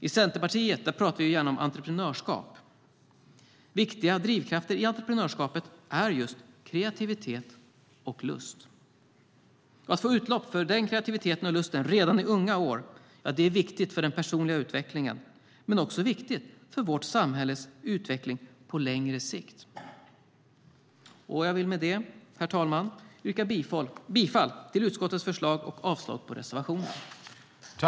I Centerpartiet pratar vi gärna om entreprenörskap. Viktiga drivkrafter i entreprenörskapet är just kreativitet och lust. Att få utlopp för den kreativiteten och lusten redan i unga år är viktigt för den personliga utvecklingen men också för vårt samhälles utveckling på längre sikt. Jag vill med detta yrka bifall till utskottets förslag och avslag på reservationerna.